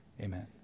Amen